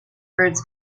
birds